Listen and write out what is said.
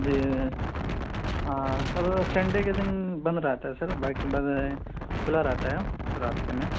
جی ہاں sir Sunday کے دن بند رہتا ہے سر باقی بعد کھلا رہتا ہے پورا ہفتے میں